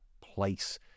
place